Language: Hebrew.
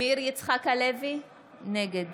מאיר יצחק הלוי, נגד